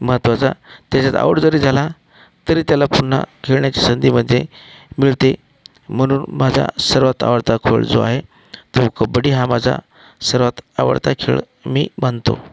महत्त्वाचा त्याच्यात आऊट जरी झाला तरी त्याला पुन्हा खेळण्याची संधी मळते मिळते म्हणून माझा सर्वात आवडता खेळ जो आहे तो कबड्डी हा माझा सर्वात आवडता खेळ मी मानतो